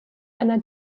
einer